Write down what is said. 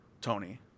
Tony